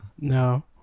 No